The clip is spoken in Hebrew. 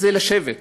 זה לשבת